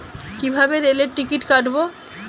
কিভাবে রেলের টিকিট কাটব?